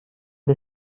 des